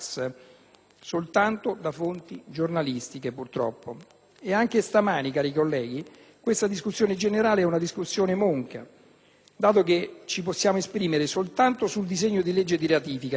soltanto da fonti giornalistiche. E anche stamani, cari colleghi, questa discussione generale è una discussione monca, dato che ci possiamo esprimere soltanto sul disegno di legge di ratifica, che consta